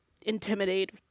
intimidate